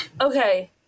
okay